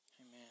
Amen